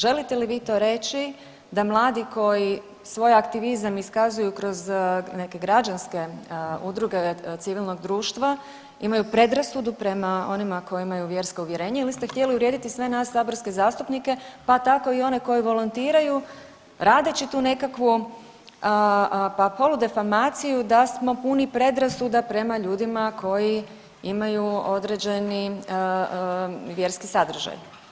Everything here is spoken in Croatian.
Želite li vi to reći da mladi koji svoj aktivizam iskazuju kroz neke građanske udruge civilnog društva imaju predrasudu prema onima koji imaju vjerska uvjerenja ili ste htjeli uvrijediti sve nas saborske zastupnike pa tako i one koji volontiraju radeću tu nekakvu, pa poludifamaciju da smo puni predrasuda prema ljudima koji imaju određeni vjerski sadržaj.